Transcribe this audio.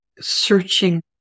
searching